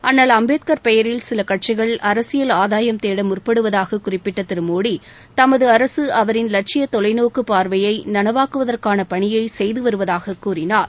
அண்ணல் அம்பேத்கர் பெயரில் சில கட்சிகள் அரசியல் ஆதாயம் தேட முற்படுவதாக குறிப்பிட்ட திரு மோடி தமது அரசு அவரின் லட்சிய தொலைநோக்குப் பார்வையை நனவாக்குவதற்கான பணியை செய்து வருவதாக கூறினார்